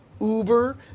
Uber